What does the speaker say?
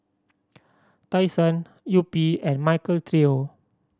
Tai Sun Yupi and Michael Trio